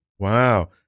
Wow